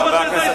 איזה קרסה?